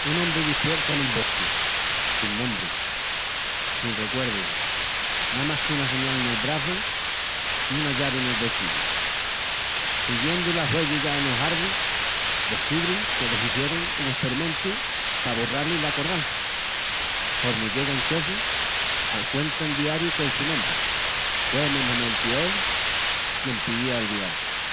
Un ombri dispierta nun bosqui, sin nombri, sin recuerdus, namas qu'una señal nel braçu i una llavi nel bolsillu. Siguiendu las huélligas enos arvus, descubri que le hizierun un esperimentu p'aborrá-li l'acordança. Hormi llega a un chozu, alcuentra un diariu col su nombri: hue mesmamenti él quien píia olvial.